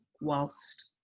whilst